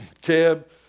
cab